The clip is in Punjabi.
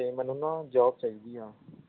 ਅਤੇ ਮੈਨੂੰ ਨਾ ਜੋਬ ਚਾਹੀਦੀ ਆ